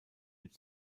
mit